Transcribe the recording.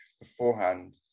beforehand